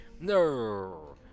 No